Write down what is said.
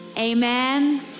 Amen